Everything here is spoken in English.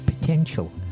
potential